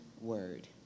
word